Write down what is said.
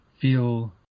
feel